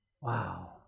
Wow